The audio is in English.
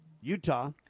Utah